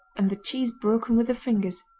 and the cheese broken with the fingers.